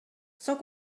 sans